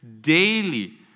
daily